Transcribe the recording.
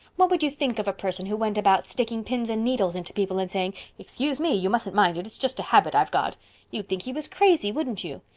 what would you think of a person who went about sticking pins and needles into people and saying, excuse me, you mustn't mind it. it's just a habit i've got you'd think he was crazy, wouldn't you?